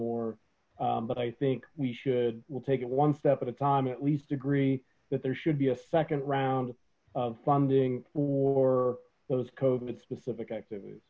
more but i think we should we'll take it one step at a time at least agree that there should be a second round of funding for those covent specific activities